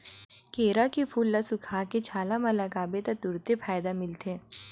केरा के फूल ल सुखोके छाला म लगाबे त तुरते फायदा मिलथे